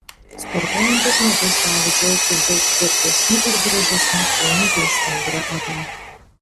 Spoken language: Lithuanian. sportuojantis žmogus gali džiaugtis daug tvirtesniu ir gražesniu kūnu bei stangria oda